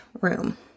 room